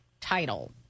title